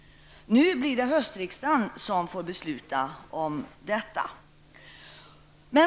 Nu blir det höstriksdagen som får besluta om detta.